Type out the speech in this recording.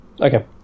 Okay